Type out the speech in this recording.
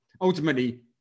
Ultimately